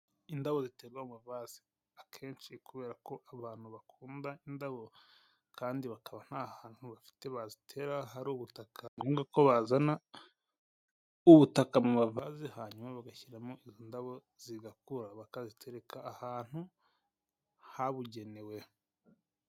Indabo ziterwa mu mavaze. Akenshi kubera ko abantu bakunda indabo kandi bakaba nta hantu bafite bazitera hari ubutaka ni ngombwa ko bazana ubutaka mu mavaze hanyuma bagashyiramo izi ndabo zigakura, bakazitereka ahantu habugenewe.